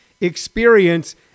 experience